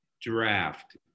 draft